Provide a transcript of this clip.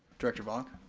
director vonck?